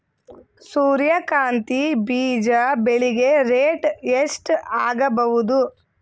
ಸೂರ್ಯ ಕಾಂತಿ ಬೀಜ ಬೆಳಿಗೆ ರೇಟ್ ಎಷ್ಟ ಆಗಬಹುದು?